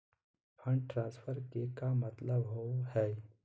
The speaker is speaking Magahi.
फंड ट्रांसफर के का मतलब होव हई?